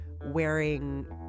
wearing